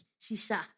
shisha